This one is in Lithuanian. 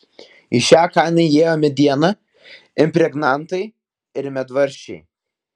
į šią kainą įėjo mediena impregnantai ir medvaržčiai